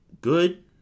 good